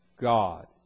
God